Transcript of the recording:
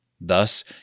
Thus